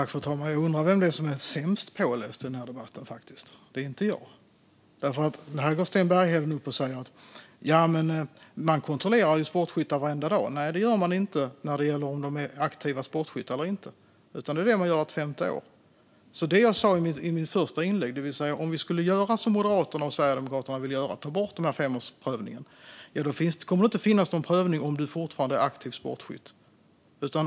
Fru talman! Jag undrar vem som är sämst påläst i den här debatten, faktiskt. Det är inte jag. Här går Sten Bergheden upp och säger att man kontrollerar sportskyttar varenda dag. Nej, det gör man inte när det gäller huruvida de är aktiva sportskyttar eller inte. Det gör man vart femte år. Om vi skulle göra som Moderaterna och Sverigedemokraterna vill och ta bort femårsprövningen kommer det, som jag sa i mitt första inlägg, inte att finnas någon aktiv prövning av om du fortfarande är aktiv sportskytt.